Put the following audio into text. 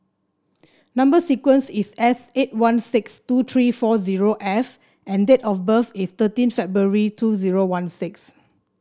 number sequence is S eight one six two three four zero F and date of birth is thirteen February two zero one six